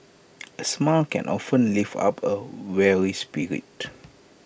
A smile can often lift up A weary spirit